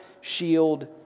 shield